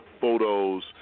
photos